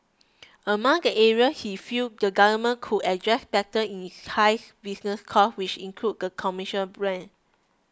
among the area he feel the government could address better is high business costs which include commercial rents